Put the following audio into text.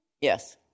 Yes